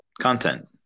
content